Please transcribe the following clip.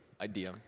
idea